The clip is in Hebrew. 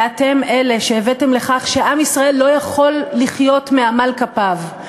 ואתם אלה שהבאתם לכך שעם ישראל לא יכול לחיות מעמל כפיו,